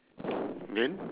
then